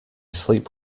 sleep